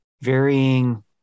varying